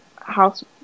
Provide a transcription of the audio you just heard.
house